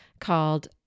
called